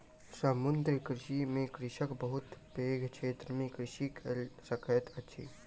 समुद्रीय कृषि में कृषक बहुत पैघ क्षेत्र में कृषि कय सकैत अछि